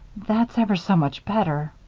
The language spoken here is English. that's ever so much better.